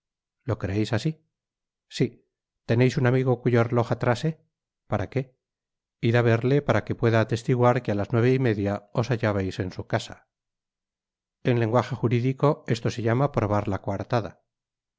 que acaba de pasar lo creeis asi si teneis un amigo cuyo reloj atrase para qué id á verle para que pueda atestiguar que á las nueve y media os hallabais en su casa en lenguaje juridico esto se llama probar la coartada